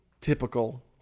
typical